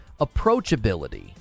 approachability